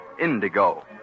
indigo